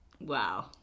Wow